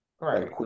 Right